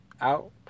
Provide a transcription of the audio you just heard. out